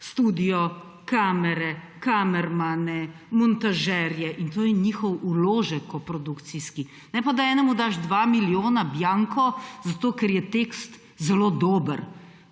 studio, kamere, kamermane, montažerje in to je njihov vložek koprodukcijski. Ne pa, da enemu daš dva milijona bianco, zato ker je tekst zelo dober.